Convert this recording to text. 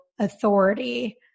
authority